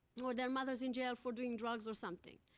or their mothers in jail, for doing drugs or something.